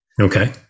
Okay